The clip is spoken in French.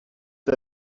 est